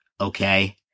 Okay